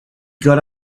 got